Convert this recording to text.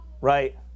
Right